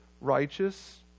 righteous